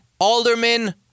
Alderman